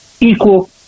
equal